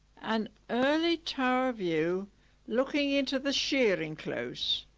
an early tower view looking into the shearing close.